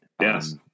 Yes